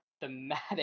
thematic